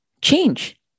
change